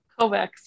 Kovacs